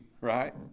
right